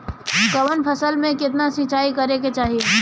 कवन फसल में केतना सिंचाई करेके चाही?